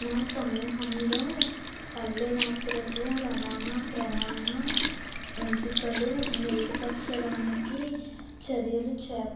నా సమూహంలో పల్లె వాసులకు రవాణా ప్రయాణ ఎంపికలు మెరుగుపరచడానికి చర్యలు చేప